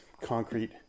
concrete